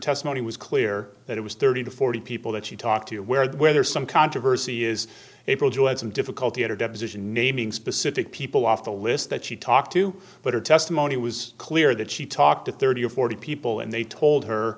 testimony was clear that it was thirty to forty people that she talked to where where there's some controversy is able to add some difficulty in her deposition naming specific people off the list that she talked to but her testimony was clear that she talked to thirty or forty people and they told her